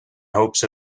hopes